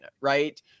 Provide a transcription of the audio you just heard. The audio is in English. Right